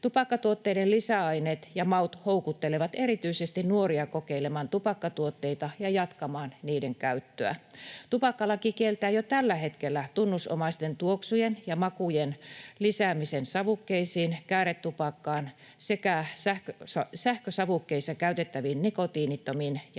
Tupakkatuotteiden lisäaineet ja maut houkuttelevat erityisesti nuoria kokeilemaan tupakkatuotteita ja jatkamaan niiden käyttöä. Tupakkalaki kieltää jo tällä hetkellä tunnusomaisten tuoksujen ja makujen lisäämisen savukkeisiin, kääretupakkaan sekä sähkösavukkeissa käytettäviin nikotiinittomiin ja